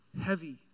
heavy